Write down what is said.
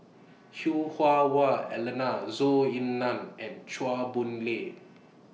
Hah Wah Elena Zhou Ying NAN and Chua Boon Lay